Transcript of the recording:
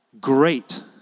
great